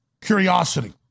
Curiosity